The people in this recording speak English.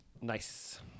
Nice